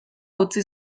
utzi